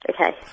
Okay